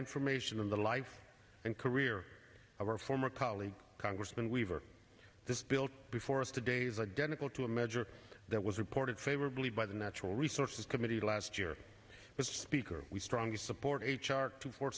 information on the life and career of our former colleague congressman weaver this built before us today's identical to a measure that was reported favorably by the natural resources committee last year but speaker we strongly support a chart two four